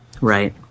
Right